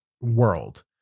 world